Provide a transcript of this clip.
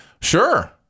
sure